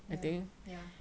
ya ya